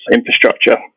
infrastructure